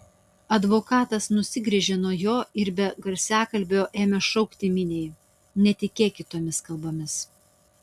advokatas nusigręžė nuo jo ir be garsiakalbio ėmė šaukti miniai netikėkit tomis kalbomis